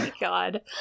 god